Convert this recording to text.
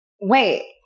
Wait